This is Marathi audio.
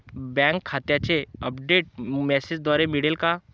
बँक खात्याचे अपडेट मेसेजद्वारे मिळेल का?